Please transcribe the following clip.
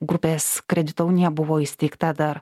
grupės kredito unija buvo įsteigta dar